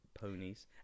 ponies